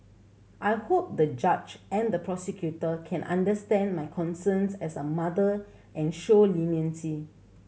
I hope the judge and the prosecutor can understand my concerns as a mother and show leniency